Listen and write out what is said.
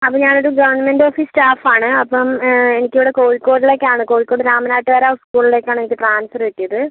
അപ്പം ഞാൻ ഒരു ഗവൺമെന്റ് ഓഫീസ് സ്റ്റാഫ് ആണ് അപ്പം എനിക്ക് ഇവിടെ കോഴിക്കോടിലേക്കാണ് കോഴിക്കോട് രാമനാട്ടുകര സ്കൂളിലേക്കാണ് എനിക്ക് ട്രാൻസ്ഫർ കിട്ടിയത്